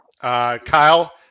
Kyle